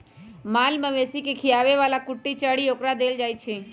माल मवेशी के खीयाबे बला कुट्टी चरी ओकरा देल जाइ छै